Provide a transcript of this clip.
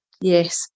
Yes